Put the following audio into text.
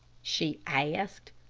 she asked.